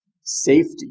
safety